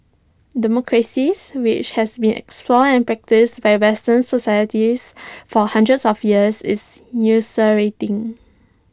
democracy which has been explored and practised by western societies for hundreds of years is ulcerating